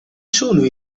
sono